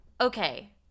Okay